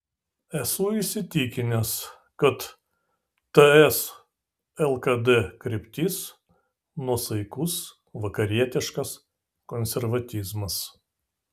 esu įsitikinęs kad ts lkd kryptis nuosaikus vakarietiškas konservatizmas